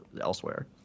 elsewhere